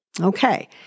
Okay